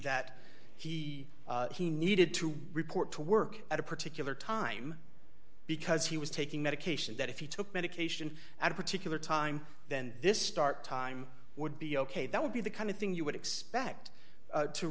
that he he needed to report to work at a particular time because he was taking medication that if you took medication at a particular time then this start time would be ok that would be the kind of thing you would expect to